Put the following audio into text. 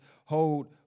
hold